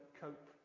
cope